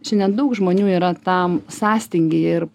šiandien daug žmonių yra tam sąstingyje ir